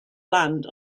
land